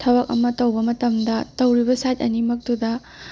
ꯊꯕꯛ ꯑꯃ ꯇꯧꯕ ꯃꯇꯝꯗ ꯇꯧꯔꯤꯕ ꯁꯥꯏꯠ ꯑꯅꯤꯃꯛꯇꯨꯗ